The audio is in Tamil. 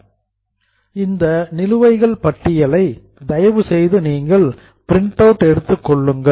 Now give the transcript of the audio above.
எனவே இந்த நிலுவைகள் பட்டியலை தயவுசெய்து நீங்கள் பிரிண்ட் அவுட் பிரிண்ட் அவுட் எடுத்துக் கொள்ளுங்கள்